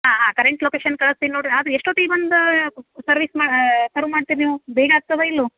ಹಾಂ ಹಾಂ current location ಕಳ್ಸ್ತೀನಿ ನೋಡಿರಿ ಅದು ಎಷ್ಟೊತ್ತಿಗೆ ಬಂದು ಸರ್ವಿಸ್ ಮಾ ಸರ್ವ್ ಮಾಡ್ತೀರಿ ನೀವು ಬೇಗ ಆಗ್ತದೋ ಇಲ್ಲವೋ